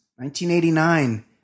1989